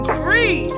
three